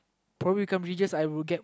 probably come religious I will get